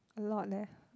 a lot leh